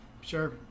Sure